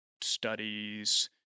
studies